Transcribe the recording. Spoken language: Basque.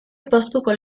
poztuko